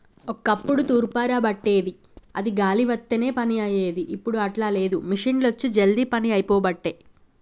ఒక్కప్పుడు తూర్పార బట్టేది అది గాలి వత్తనే పని అయ్యేది, ఇప్పుడు అట్లా లేదు మిషిండ్లొచ్చి జల్దీ పని అయిపోబట్టే